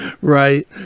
right